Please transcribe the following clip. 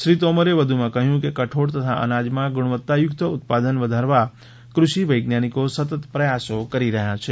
શ્રી તોમરે વધુમાં કહ્યું કે કઠોળ તથા અનાજમાં ગુણવત્તાયુક્ત ઉત્પાદન વધારવા કૃષિ વૈજ્ઞાનિકો સતત પ્રયાસો કરી રહ્યા છે